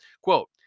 Quote